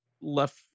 left